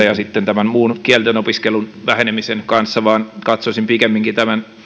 ja tämän muun kielten opiskelun vähenemisen välillä vaan katsoisin tämän pikemminkin